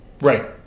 Right